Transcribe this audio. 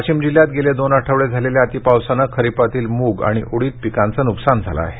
वाशिम जिल्ह्यात गेले दोन आठवडे झालेल्या अतिपावसाने खरिपातील मूग आणि उडीद पिकाच नुकसान झालं आहे